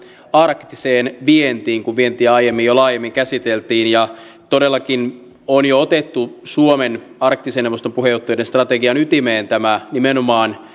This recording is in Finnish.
arktiseen vientiin kun vientiä aiemmin jo laajemmin käsiteltiin ja todellakin on jo otettu suomen arktisen neuvoston puheenjohtajuuden strategian ytimeen tämä nimenomaan